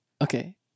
Okay